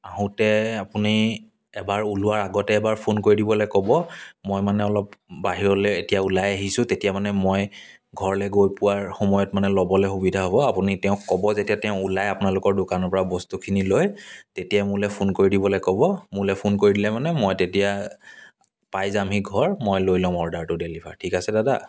আহোঁতে আপুনি এবাৰ ওলোৱাৰ আগতে এবাৰ ফোন কৰি দিবলৈ ক'ব মই মানে অলপ বাহিৰলৈ এতিয়া ওলাই আহিছোঁ তেতিয়া মানে মই ঘৰলৈ গৈ পোৱাৰ সময়ত মানে ল'বলৈ সুবিধা হ'ব আপুনি তেওঁক ক'ব যেতিয়া তেওঁ ওলাই আপোনালোকৰ দোকানৰ পৰা বস্তুখিনি লৈ তেতিয়া মোলৈ ফোন কৰি দিবলৈ ক'ব মোলৈ ফোন কৰি দিলে মানে মই তেতিয়া পাই যামহি ঘৰ মই লৈ ল'ম অৰ্ডাৰটো ডেলিভাৰ ঠিক আছে দাদা